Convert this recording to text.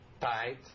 tight